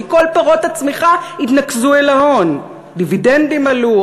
כי כל פירות הצמיחה התנקזו אל ההון: דיבידנדים עלו,